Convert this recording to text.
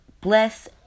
Bless